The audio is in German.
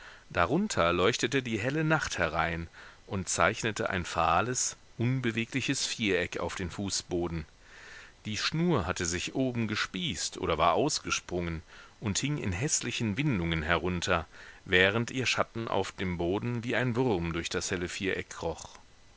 darunter leuchtete die helle nacht herein und zeichnete ein fahles unbewegliches viereck auf den fußboden die schnur hatte sich oben gespießt oder war ausgesprungen und hing in häßlichen windungen herunter während ihr schatten auf dem boden wie ein wurm durch das helle viereck